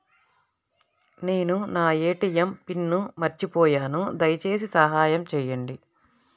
నేను నా ATM pin మర్చిపోయాను దయచేసి సహాయం చేయండి